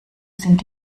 sind